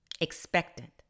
expectant